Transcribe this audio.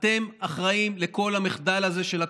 אתם אחראים לכל המחדל הזה של הקורונה.